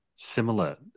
similar